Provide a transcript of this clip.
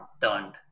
turned